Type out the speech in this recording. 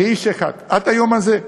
כאיש אחד, עד היום הזה.